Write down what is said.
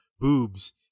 boobs